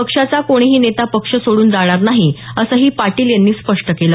पक्षाचा कोणीही नेता पक्ष सोडून जाणार नाही असं पाटील यांनी स्पष्ट केलं